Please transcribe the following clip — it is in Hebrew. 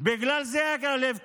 בגלל זה הלב כואב,